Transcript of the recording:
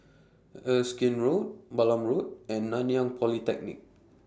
Erskine Road Balam Road and Nanyang Polytechnic